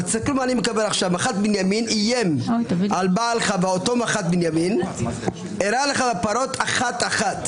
אבל צריך לומר שאותו מח"ט איים על בעל חווה: "אירה לך בפרות אחת-אחת".